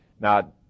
Now